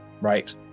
right